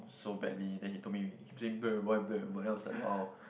so badly then he told me he keep saying black and white black and white then I was like !wow!